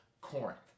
Corinth